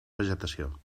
vegetació